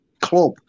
club